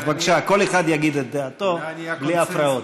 אז בבקשה, כל אחד יגיד את דעתו בלי הפרעות.